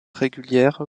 régulière